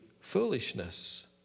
foolishness